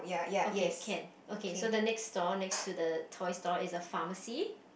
okay can okay so the next store next to the toy store is a pharmacy